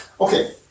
Okay